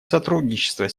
сотрудничество